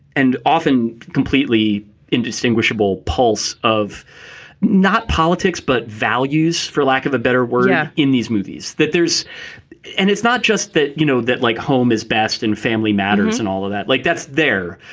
and often completely indistinguishable pulse of not politics, but values for lack of a better word. yeah in these movies that there's and it's not just that, you know, that like home is best in family matters and all of that, like that's there.